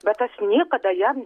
bet aš niekada jam